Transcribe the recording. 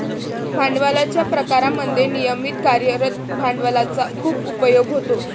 भांडवलाच्या प्रकारांमध्ये नियमित कार्यरत भांडवलाचा खूप उपयोग होतो